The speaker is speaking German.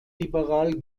liberal